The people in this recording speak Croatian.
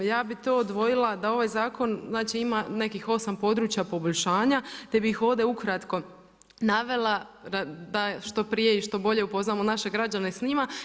Ja bih to odvojila da ovaj zakon znači ima nekih 8 područja poboljšanja te bi ih ovdje ukratko navela da što prije i što bolje upoznamo naše građane s njima.